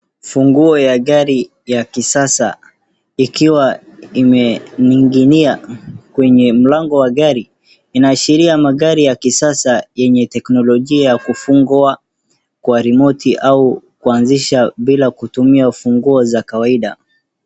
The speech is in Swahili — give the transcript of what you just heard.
Funguo ya gari ya kisasa ikiwa imeninginia kwenye mlango wa gari inaashiria magari ya kisasa yenye inatumia teknologia ya kufungua kwa remoti au kuanzisha bila kutumia funguo za kawaida.